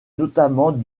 notamment